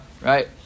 right